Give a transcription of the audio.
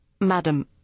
Madam